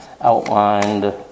outlined